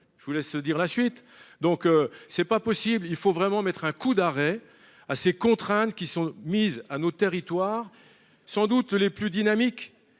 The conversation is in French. Je vous laisse dire la suite, donc c'est pas possible, il faut vraiment mettre un coup d'arrêt à ces contraintes qui sont mises à nos territoires. Sans doute les plus dynamiques.